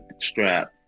strap